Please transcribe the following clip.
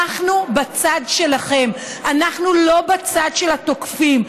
אנחנו בצד שלכם, אנחנו לא בצד של התוקפים.